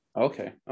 Okay